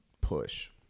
push